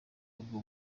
ubwo